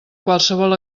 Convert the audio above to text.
qualsevol